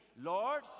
Lord